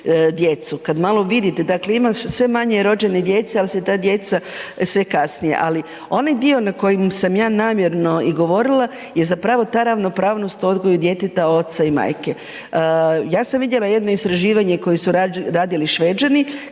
kad malo vidite, dakle ima sve manje rođene djece ali su ta djeca sve kasnije. Ali onaj dio na koji sam namjerno i govorila je zapravo ta ravnopravnost u odgoju djeteta oca i majke. Ja sam vidjela jedno istraživanje koje su radili Šveđani